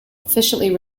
efficiently